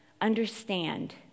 understand